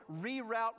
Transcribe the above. reroute